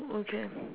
okay